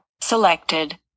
selected